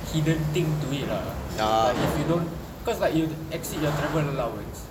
hidden thing to it lah like if you don't cause like you exceed your travel allowance